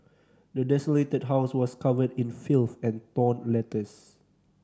the desolated house was covered in filth and torn letters